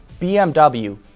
BMW